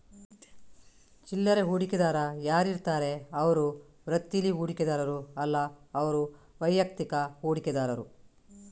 ಚಿಲ್ಲರೆ ಹೂಡಿಕೆದಾರ ಯಾರಿರ್ತಾರೆ ಅವ್ರು ವೃತ್ತೀಲಿ ಹೂಡಿಕೆದಾರರು ಅಲ್ಲ ಅವ್ರು ವೈಯಕ್ತಿಕ ಹೂಡಿಕೆದಾರರು